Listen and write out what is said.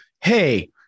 hey